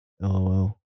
LOL